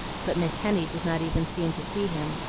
but miss henny did not even seem to see him,